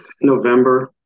november